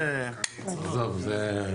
עזוב.